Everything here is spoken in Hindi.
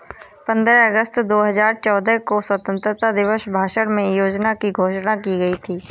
पन्द्रह अगस्त दो हजार चौदह को स्वतंत्रता दिवस भाषण में योजना की घोषणा की गयी थी